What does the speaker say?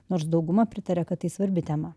nors dauguma pritaria kad tai svarbi tema